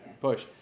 Push